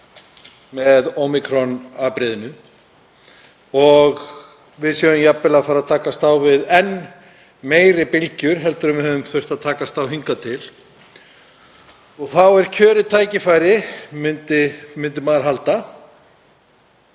með ómíkron-afbrigðinu og við séum jafnvel að fara að takast á við enn meiri bylgjur en við höfum þurft að takast á við hingað til. Þá er kjörið tækifæri, myndi maður halda,